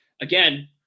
again